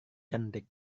cantik